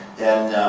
and